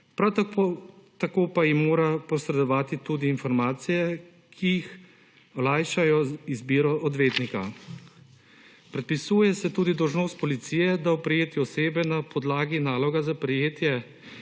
prav tako pa ji mora posredovati tudi informacije, ki olajšajo izbiro odvetnika. Predpisuje se tudi dolžnost policije, da prejete osebe na podlagi naloga za prejetje